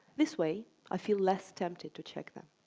this way i feel less tempted to check them.